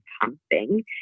pumping